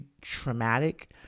traumatic